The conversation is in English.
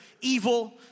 evil